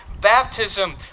Baptism